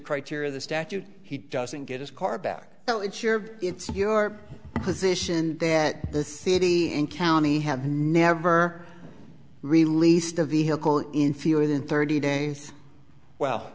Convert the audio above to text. criteria the statute he doesn't get his car back so it's your it's your position that the city and county have never released a vehicle in fewer than thirty days well